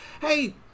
hey